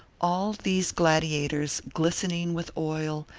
all these gladiators, glistening with oil,